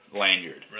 lanyard